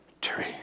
tree